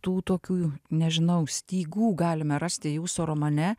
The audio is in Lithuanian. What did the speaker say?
tų tokių nežinau stygų galime rasti jūsų romane